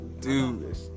dude